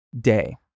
day